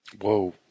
Whoa